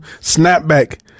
Snapback